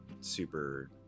super